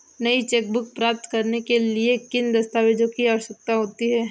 नई चेकबुक प्राप्त करने के लिए किन दस्तावेज़ों की आवश्यकता होती है?